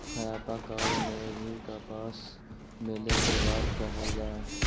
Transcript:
हड़प्पा काल में भी कपास मिले के बात कहल जा हई